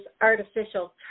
artificial